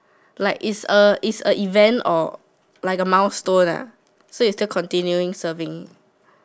like is a is a event or like a milestone lah so you still continuing serving